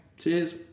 Cheers